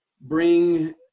bring